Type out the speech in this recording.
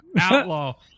outlaw